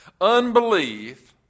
Unbelief